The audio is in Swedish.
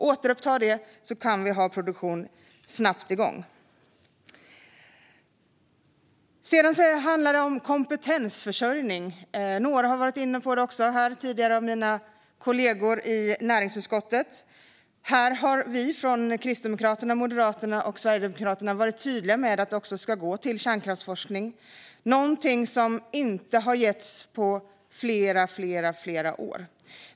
Återuppta detta, så kan vi snabbt få igång produktion! Det handlar också om kompetensförsörjning, som några av mina kollegor i näringsutskottet har varit inne på. Här har vi från Kristdemokraterna, Moderaterna och Sverigedemokraterna varit tydliga med att detta också ska gå till kärnkraftsforskning, vilket är någonting som inte har getts på många år.